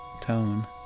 tone